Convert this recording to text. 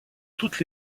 toutes